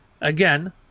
again